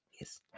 Yes